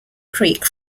creek